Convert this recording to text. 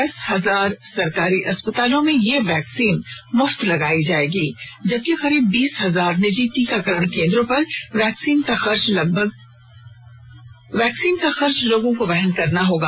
दस हजार सरकारी अस्पतालों में यह वैक्सीन मुफ्त लगायी जाएगी जबकि करीब बीस हजार निजी टीकाकरण केन्द्रों पर वैक्सीन का खर्च लोगों को वहन करना होगा